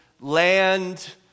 land